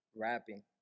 rapping